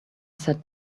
sat